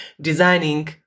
designing